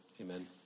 amen